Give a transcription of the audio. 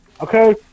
Okay